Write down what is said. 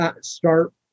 start